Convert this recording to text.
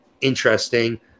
interesting